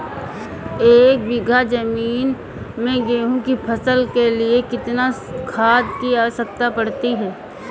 एक बीघा ज़मीन में गेहूँ की फसल के लिए कितनी खाद की आवश्यकता पड़ती है?